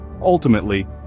ultimately